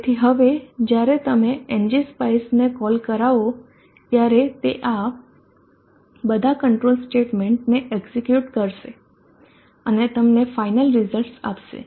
તેથી હવે જ્યારે તમે એનજી સ્પાઈસ ને કોલ કરાવો ત્યારે તે આ બધા કંટ્રોલ સ્ટેટમેન્ટસ ને એકઝીક્યુટ કરશે અને તમને ફાયનલ રિઝલ્ટ્સ આપશે